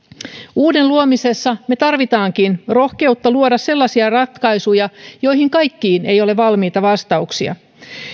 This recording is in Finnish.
uuden luomisessa me tarvitsemmekin rohkeutta luoda sellaisia ratkaisuja joihin kaikkiin ei ole valmiita vastauksia